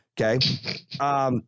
Okay